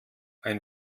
ein